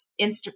Instagram